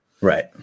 Right